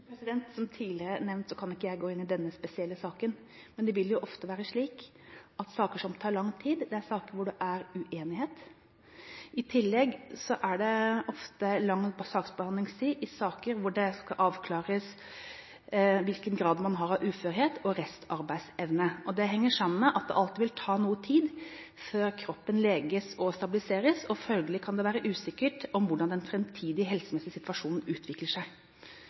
Som tidligere nevnt, kan jeg ikke gå inn i denne spesielle saken, men det vil ofte være slik at saker som tar lang tid, er saker hvor det er uenighet. I tillegg er det ofte lang saksbehandlingstid i saker hvor det skal avklares hvilken grad man har av uførhet og restarbeidsevne. Det henger sammen med at det alltid vil ta noe tid før kroppen leges og stabiliseres, og følgelig kan det være usikkert hvordan den framtidige helsemessige situasjonen utvikler seg.